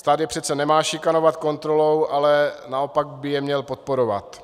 Stát je přece nemá šikanovat kontrolou, ale naopak by je měl podporovat.